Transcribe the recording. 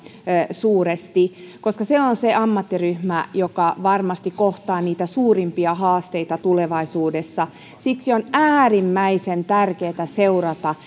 suuresti koska lastenhoitajat ovat se ammattiryhmä joka varmasti kohtaa niitä suurimpia haasteita tulevaisuudessa siksi on äärimmäisen tärkeätä seurata